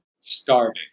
Starving